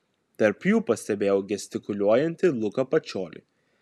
tarp jų pastebėjau gestikuliuojantį luką pačiolį